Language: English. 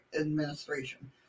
Administration